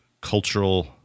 cultural